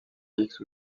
fixes